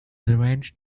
deranged